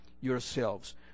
yourselves